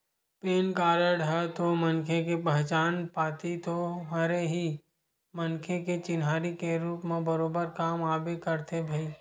PAN card ह तो मनखे के पहचान पाती तो हरे ही मनखे के चिन्हारी के रुप म बरोबर काम आबे करथे भई